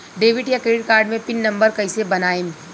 Debit या credit card मे pin number कैसे बनाएम?